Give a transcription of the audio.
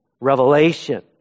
revelation